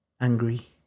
angry